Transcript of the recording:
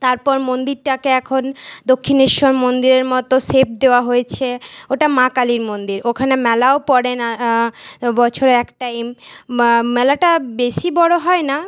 তারপর মন্দিরটাকে এখন দক্ষিণেশ্বর মন্দিরের মতো শেপ দেওয়া হয়েছে ওটা মা কালীর মন্দির ওখানে মেলাও পড়ে না বছরে এক টাইম মেলাটা বেশি বড় হয় না